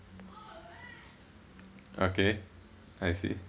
okay I see